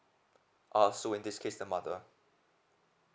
uh so in this case the mother